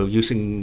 using